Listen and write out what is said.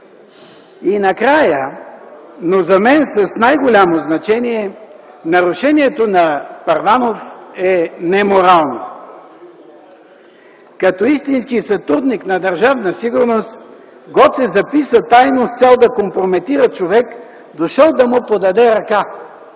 И накрая, но за мен с най-голямо значение, нарушението на Първанов е неморално. Като истински сътрудник на Държавна сигурност, Гоце записа тайно, с цел да компрометира човек, дошъл да му подаде ръка,